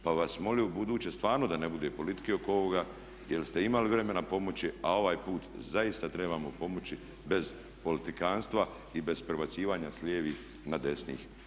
Pa vas molim ubuduće stvarno da ne bude politike oko ovoga jer ste imali vremena pomoći, a ovaj put zaista trebamo pomoći bez politikantstva i bez prebacivanja s lijevih na desne.